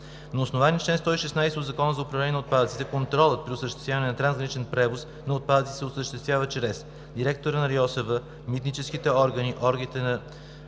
На основание чл. 116 от Закона за управление на отпадъците контролът при осъществяване на трансграничен превоз на отпадъци се осъществява чрез директора на РИОСВ, митническите органи, органите на